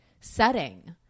setting